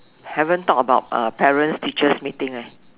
haven't talk about uh parents teachers meeting leh